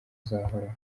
uzahoraho